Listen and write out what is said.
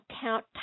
count